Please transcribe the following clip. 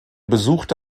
besuchte